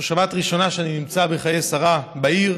זאת שבת ראשונה שאני נמצא בשבת חיי שרה בעיר,